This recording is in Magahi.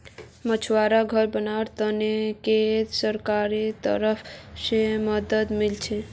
मछुवाराक घर बनव्वार त न केंद्र सरकारेर तरफ स मदद मिल छेक